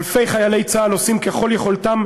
אלפי חיילי צה"ל עושים ככל יכולתם